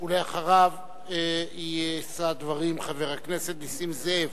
ואחריו יישא דברים חבר הכנסת נסים זאב,